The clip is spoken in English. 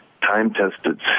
time-tested